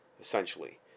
essentially